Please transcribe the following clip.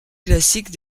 classique